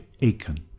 Aiken